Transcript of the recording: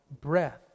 breath